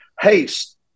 haste